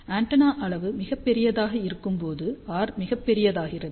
antenna அளவு மிகப் பெரியதாக இருக்கும்போது r மிகப் பெரியதாகிறது